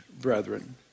brethren